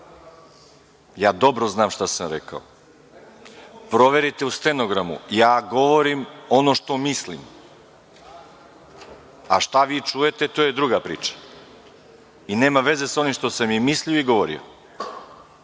Ja dobro znam šta sam rekao. Proverite u stenogramu. Ja govorim ono što mislim, a šta vi čujete, to je druga priča, i nema veze sa onim što sam i mislio i govorio.